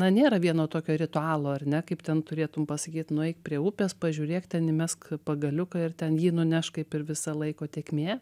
na nėra vieno tokio ritualo ar ne kaip ten turėtum pasakyt nueik prie upės pažiūrėk ten įmesk pagaliuką ir ten jį nuneš kaip ir visa laiko tėkmė